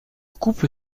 couple